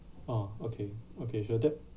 ah okay okay sure that